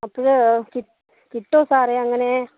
കിട്ടുമോ സാറേ അങ്ങനെ